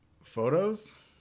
photos